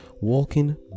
walking